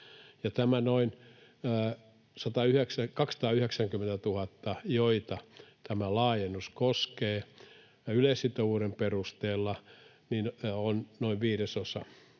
nämä noin 290 000, joita tämä laajennus koskee yleissitovuuden perusteella, ovat noin viidesosa